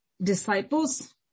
disciples